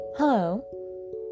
Hello